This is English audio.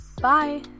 Bye